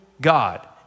God